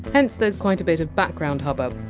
hence there! s quite a bit of background hubbub.